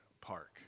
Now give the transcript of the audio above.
Park